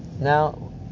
now